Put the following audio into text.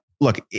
look